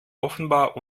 offenbar